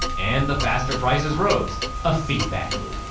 and the faster prices rose a feedback loop.